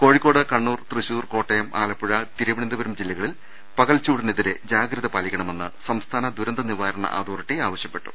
കോഴിക്കോട് കണ്ണൂർ തൃശൂർ കോട്ടയം ആലപ്പുഴ തിരുവനന്തപുരം ജില്ലകളിൽ പകൽ ചൂടിനെതിരെ ജാഗ്രത പാലിക്കണമെന്ന് സംസ്ഥാന ദുരന്ത നിവാരണ അതോറിറ്റി ആവശ്യപ്പെട്ടു